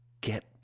get